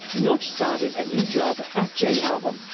notch started a new job at jalbum,